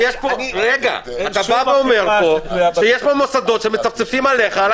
בואו נגיע להסכמות --- אתה בא ואומר פה שיש מוסדות שמצפצפים עליך,